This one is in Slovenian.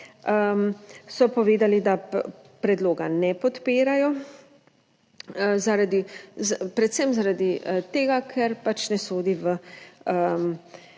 so povedali, da predloga ne podpirajo predvsem zaradi tega, ker pač ne sodi v